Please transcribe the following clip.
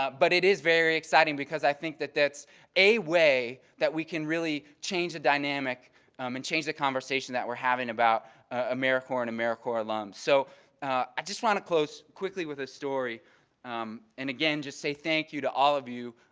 but but it is very exciting because i think that that's a way that we can really change the dynamic and change the conversation that we're having about americorps and americorps alums. so i just want to close quickly with a story and again just say thank you to all of you.